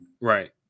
Right